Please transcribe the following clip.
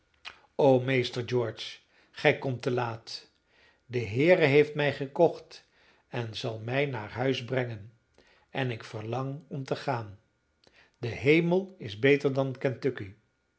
o meester george gij komt te laat de heere heeft mij gekocht en zal mij naar huis brengen en ik verlang om te gaan de hemel is beter dan